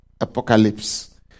apocalypse